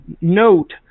note